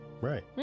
Right